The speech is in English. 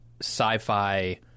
sci-fi